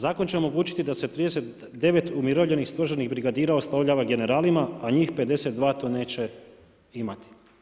Zakon će omogućiti da se 39 umirovljenih stožernih brigadira oslovljava generalima, a njih 52 to neće imati.